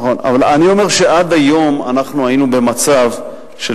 אני אומר שעד היום אנחנו היינו במצב של